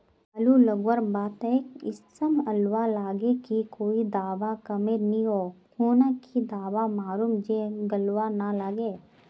आलू लगवार बात ए किसम गलवा लागे की कोई दावा कमेर नि ओ खुना की दावा मारूम जे गलवा ना लागे?